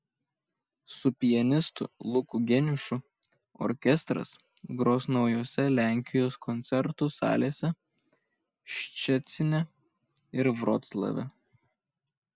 su pianistu luku geniušu orkestras gros naujose lenkijos koncertų salėse ščecine ir vroclave